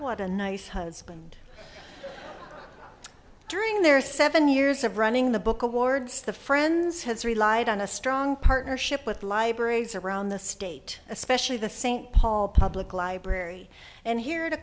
quite a nice husband during their seven years of running the book awards the friends has relied on a strong partnership with libraries around the state especially the st paul public library and here to